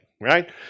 right